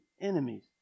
enemies